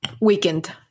weekend